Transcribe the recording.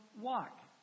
walk